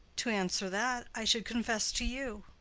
to answer that, i should confess to you.